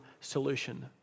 solution